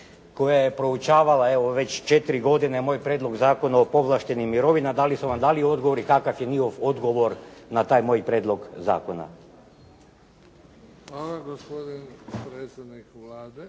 koja je proučavala, evo već četiri godine, moj prijedlog Zakona o povlaštenim mirovinama, dali su vam dali odgovor i kakav je njihov odgovor na taj moj prijedlog zakona? **Bebić, Luka (HDZ)** Hvala. Gospodin predsjednik Vlade,